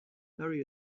bury